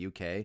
UK